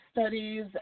studies